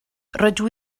rydw